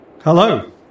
Hello